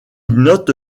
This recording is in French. note